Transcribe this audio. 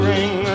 Ring